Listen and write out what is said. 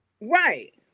Right